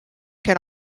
can